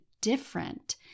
different